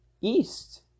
East